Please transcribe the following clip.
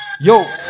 yo